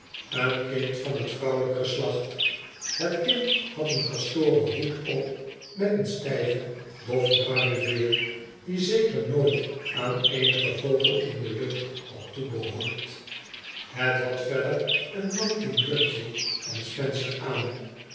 een kind van t vrouwelijk geslacht het kind had een kastoren hoed op met een stijve dofbruine veer die zeker nooit aan eenigen vogel in de lucht had toebehoord het had verder een nanking jurkje en spencer aan